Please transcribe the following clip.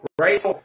right